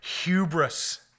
hubris